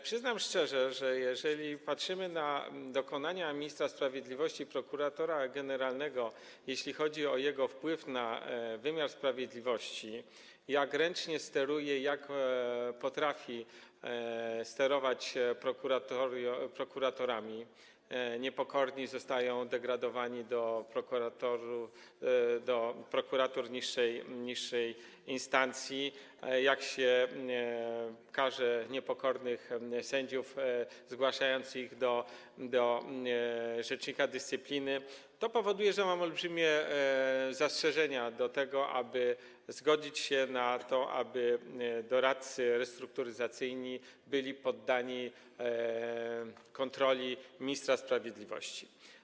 Przyznam szczerze, że jeżeli patrzymy na dokonania ministra sprawiedliwości prokuratora generalnego, jeśli chodzi o jego wpływ na wymiar sprawiedliwości, na to, jak ręczne steruje, jak potrafi sterować prokuratorami - niepokorni zostają degradowani, przeniesieni do prokuratur niższej instancji - jak się karze niepokornych sędziów, zgłaszając ich sprawy do rzecznika dyscypliny, to powoduje to, że są olbrzymie zastrzeżenia co do tego, by zgodzić się na to, aby doradcy restrukturyzacyjni byli poddani kontroli ministra sprawiedliwości.